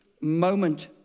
moment